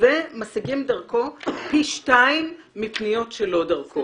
ומשיגים דרכו פי שניים מפניות שאינן דרכו.